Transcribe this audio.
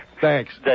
Thanks